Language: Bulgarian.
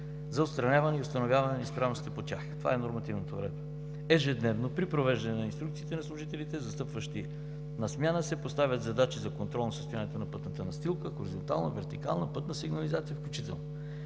за отстраняване и установяване на неизправностите по тях. Това е нормативната уредба. Ежедневно при провеждане на инструкциите на служителите, застъпващи на смяна, се поставят задачи за контрол на състоянието на пътната настилка – хоризонтална, вертикална, пътна сигнализация включително.